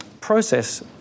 process